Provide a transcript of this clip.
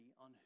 on